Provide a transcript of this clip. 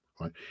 Right